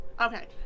Okay